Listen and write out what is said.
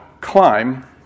climb